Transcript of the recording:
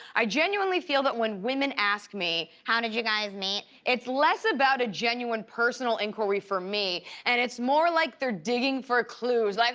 i genuinely feel that when women ask me how did you guys meet, it's less about a genuine personal inquiry for me and it's more like they're digging for clues, like